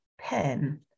pen